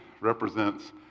represents